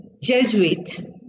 Jesuit